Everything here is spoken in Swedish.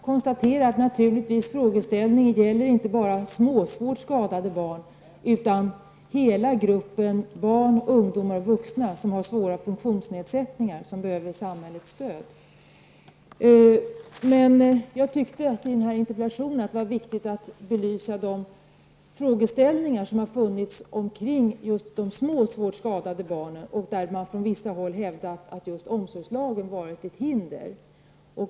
Herr talman! Jag vill konstatera att frågeställningen naturligtvis inte gäller bara små svårt skadade barn, utan hela gruppen av barn, ungdomar och vuxna som har svåra funktionsnedsättningar och behöver samhällets stöd. I den här interpellationen tyckte jag dock att det var viktigt att belysa de frågeställningar som just har funnits rörande de små svårt skadade barnen och där man från vissa håll hävdar att omsorgslagen har varit ett hinder.